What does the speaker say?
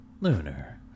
Lunar